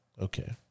Okay